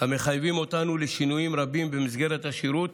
המחייבים אותנו לשינויים רבים במסגרת השירות,